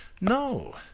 No